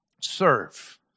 serve